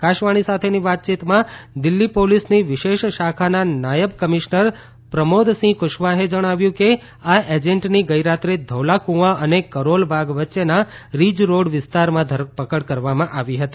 આકાશવાણી સાથેની વાતચીતમાં દિલ્ફી પોલીસની વિશેષ શાખાના નાયબ કમિશ્નર પ્રમોદ સીંહ કુશવાહાએ જણાવ્યું કે આ એજન્ટ ગઇ રાત્રે ધૌલા કુંઆ અને કરોલ બાગ વચ્ચેના રીજ રોડ વિસ્તારમાં ધરપકડ કરવામાં આવી હતી